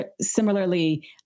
similarly